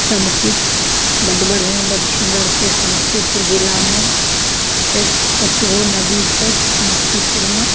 सबकिछु बड्ड बढ़िऑं बड्ड सुन्दर से समस्तीपुर जिलामे छथि पञ्च गो नदी छथि समस्तीपुर मे